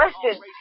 question